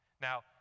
Now